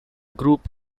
group